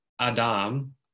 Adam